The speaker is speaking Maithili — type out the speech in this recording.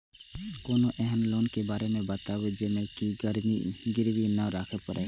कोनो एहन लोन के बारे मे बताबु जे मे किछ गीरबी नय राखे परे?